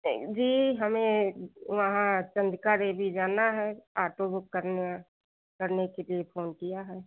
जी हमें वहाँ चंडिका देवी जाना है आटो बुक करना करने के लिए फोन किया है